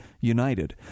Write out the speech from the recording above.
united